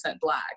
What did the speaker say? black